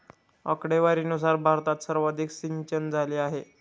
आकडेवारीनुसार भारतात सर्वाधिक सिंचनझाले आहे